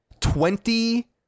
twenty